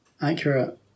accurate